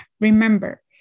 Remember